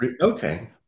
Okay